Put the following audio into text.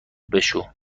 بشو